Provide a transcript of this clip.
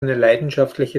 leidenschaftliche